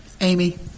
Amy